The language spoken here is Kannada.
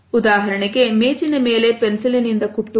ಉದಾಹರಣೆಗೆ ಮೇಜಿನಮೇಲೆ ಪೆನ್ಸಿಲಿನಿಂದ ಕುಟ್ಟುವುದು